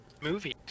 movies